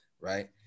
Right